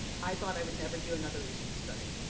i thought i would never do another research study,